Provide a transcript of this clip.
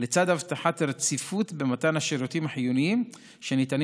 לצד הבטחת רציפות במתן השירותים החיוניים שניתנים